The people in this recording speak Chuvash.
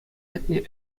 ятне